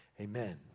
Amen